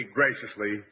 graciously